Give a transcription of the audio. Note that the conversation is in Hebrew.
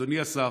אדוני השר,